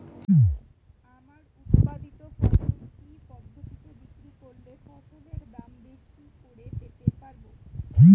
আমার উৎপাদিত ফসল কি পদ্ধতিতে বিক্রি করলে ফসলের দাম বেশি করে পেতে পারবো?